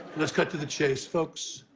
let's cut to the chase, folks.